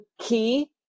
key